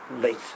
late